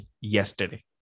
yesterday